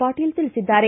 Patil ತಿಳಿಬಿದ್ದಾರೆ